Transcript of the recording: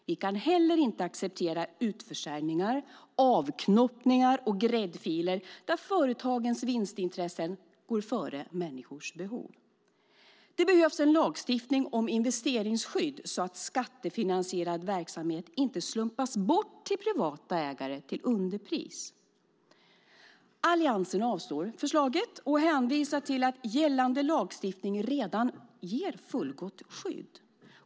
Vi kan heller inte acceptera utförsäljningar, avknoppningar och gräddfiler där företagens vinstintressen går före människors behov. Det behövs en lagstiftning om investeringsskydd så att skattefinansierad verksamhet inte slumpas bort till privata ägare till underpris. Alliansen avslår förslaget och hänvisar till att gällande lagstiftning redan ger fullgott skydd.